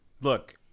Look